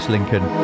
Lincoln